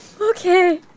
Okay